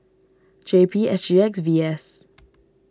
J P S G X V S